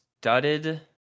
studded